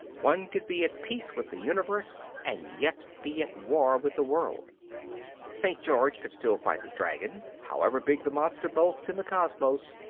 one could be at peace with the universe and yet be at war with the world st. george could still fight the dragon, however big the monster bulked in the cosmos,